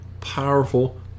powerful